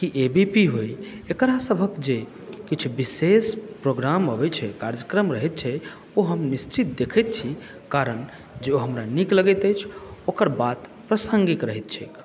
कि A B P होय एकरा सभक जे किछु विशेष प्रोग्राम अबैत छै कार्यक्रम रहैत छै ओ हम निश्चित देखैत छी कारण जे ओ हमरा नीक लगैत अछि ओकर बात प्रासङ्गिक रहैत छैक